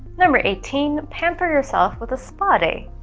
number eighteen pamper yourself with a spa day.